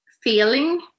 feeling